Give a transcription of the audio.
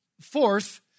fourth